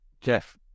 Jeff